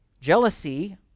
Jealousy